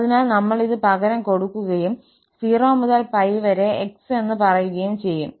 അതിനാൽ നമ്മൾ ഇത് പകരം കൊടുക്കുകയും 0 മുതൽ 𝜋 വരെ 𝑥 എന്ന പറയുകയും ചെയ്യും